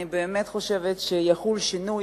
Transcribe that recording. אני באמת חושבת שיחול שינוי.